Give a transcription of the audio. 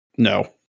no